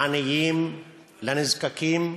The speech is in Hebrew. לעניים, לנזקקים,